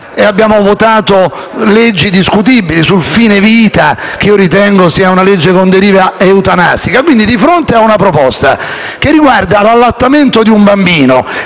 abbiamo votato una legge discutibile sul fine vita, che io ritengo abbia una deriva eutanasia - di fronte a una proposta che riguarda l'allattamento di un bambino,